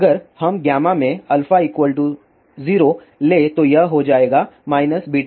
अगर हम में α 0 ले तो यह हो जाएगा 2